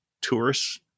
tourists